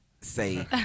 say